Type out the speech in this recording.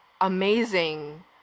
amazing